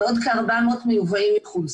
ועוד כ-400 מיובאים מחו"ל.